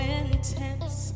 intense